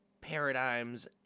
paradigms